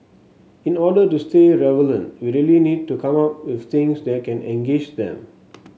in order to stay relevant we really need to come up with things that can engage them